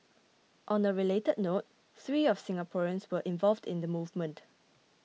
on a related note three of Singaporeans were involved in the movement